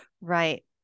Right